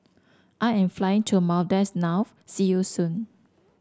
I am flying to Maldives now see you soon